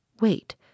Wait